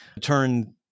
Turn